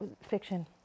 fiction